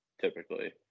Typically